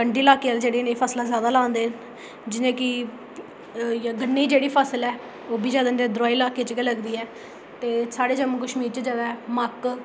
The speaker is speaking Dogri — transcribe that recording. कंढी ल्हाके आह्ले जेह्ड़े न एह् फसलां जादै लांदे न जि'यां कि गन्ने दी जेह्ड़ी फसल ऐ ओह् बी जेह्ड़ी उद्धर आह्ले ल्हाके च गै लगदी ऐ ते साढ़े जम्मू कशमीर च जादै मक्क